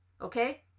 Okay